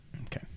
Okay